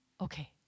okay